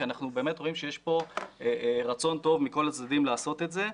כי אנחנו רואים שיש פה רצון טוב מכל הצדדים לעשות את זה.